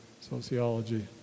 sociology